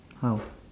how